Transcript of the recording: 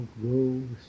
grows